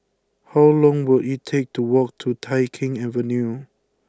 how long will it take to walk to Tai Keng Avenue